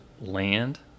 land